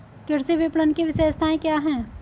कृषि विपणन की विशेषताएं क्या हैं?